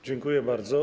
Dziękuję bardzo.